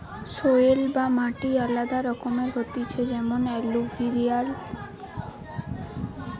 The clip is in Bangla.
সয়েল বা মাটি আলাদা রকমের হতিছে যেমন এলুভিয়াল, লাল, কালো ইত্যাদি